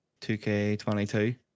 2K22